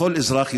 לכל אזרח ישראלי.